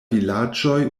vilaĝoj